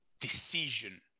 decision